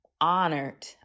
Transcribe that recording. honored